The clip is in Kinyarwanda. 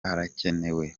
arakenewe